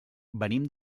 venim